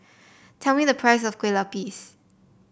tell me the price of Kueh Lupis